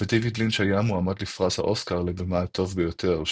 ודייוויד לינץ' היה מועמד לפרס אוסקר לבמאי הטוב ביותר,